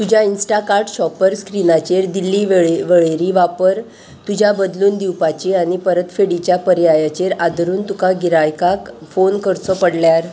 तुज्या Instacart shopper स्क्रिनाचेर दिल्ली वेळे वळेरी वापर तुज्या बदलून दिवपाची आनी परत फेडीच्या पर्यायाचेर आदरून तुका गिरायकाक फोन करचो पडल्यार